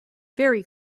very